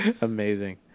Amazing